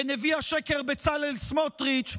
ונביא השקר בצלאל סמוטריץ',